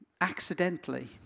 accidentally